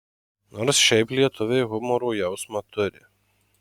nors šiaip lietuviai humoro jausmą turi